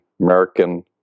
American